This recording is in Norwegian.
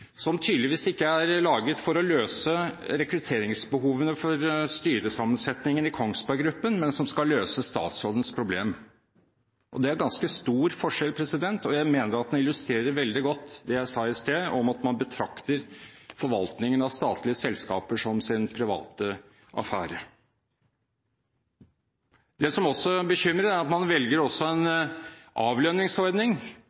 som tydeligvis ikke er laget for å løse rekrutteringsbehovene for styresammensetningen i Kongsberg Gruppen, men som skal løse statsrådens problem. Det er en ganske stor forskjell, og jeg mener den illustrerer veldig godt det jeg sa i sted om at man betrakter forvaltningen av statlige selskaper som sin private affære. Det som også bekymrer, er at man velger en